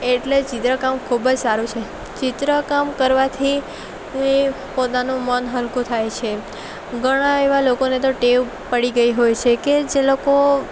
એટલે ચિત્રકામ ખૂબ જ સારું છે ચિત્રકામ કરવાથી એ પોતાનું મન હલકું થાય છે ઘણા એવા લોકોને તો ટેવ પડી ગઈ હોય છે કે જે લોકો